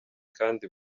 kandi